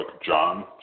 John